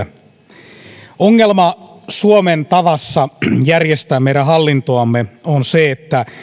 kuin pääkaupunkiseudulle ongelma suomen tavassa järjestää meidän hallintoamme on se että